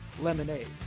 lemonade